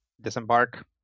Disembark